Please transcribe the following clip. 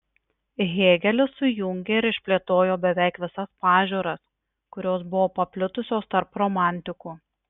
hėgelis sujungė ir išplėtojo beveik visas pažiūras kurios buvo paplitusios tarp romantikų